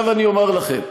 עכשיו אני אומר לכם,